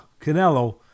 Canelo